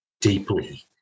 deeply